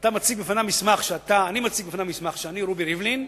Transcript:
שאני מציג מסמך שאני רובי ריבלין,